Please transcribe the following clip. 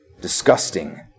Disgusting